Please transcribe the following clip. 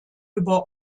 über